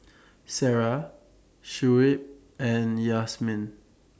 Sarah Shuib and Yasmin